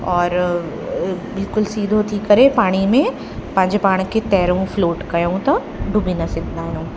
और बिल्कुलु सीधो थी करे पाणीअ में पंहिंजे पाण खे तरिणो फ्लोट कयूं था ॾुबी न सघंदा आहियूं